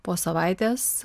po savaitės